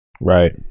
Right